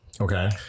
Okay